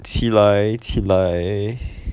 起来起来